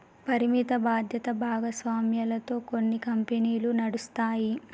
పరిమిత బాధ్యత భాగస్వామ్యాలతో కొన్ని కంపెనీలు నడుస్తాయి